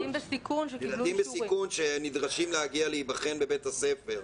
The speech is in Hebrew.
ילדים בסיכון שנדרשים להגיע להיבחן בבית הספר.